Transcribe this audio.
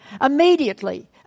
Immediately